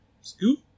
Scoop